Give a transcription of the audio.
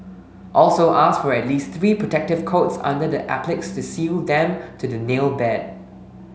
also ask for at least three protective coats under the appliques to seal them to the nail bed